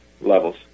levels